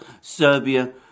Serbia